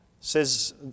says